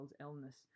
illness